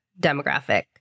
demographic